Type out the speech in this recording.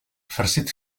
farcit